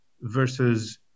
versus